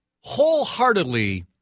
wholeheartedly